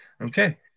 okay